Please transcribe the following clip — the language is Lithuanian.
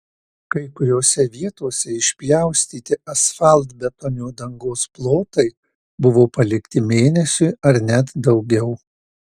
kai kuriose vietose išpjaustyti asfaltbetonio dangos plotai buvo palikti mėnesiui ar net daugiau